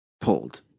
pulled